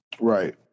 Right